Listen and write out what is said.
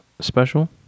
special